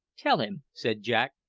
tell him, said jack,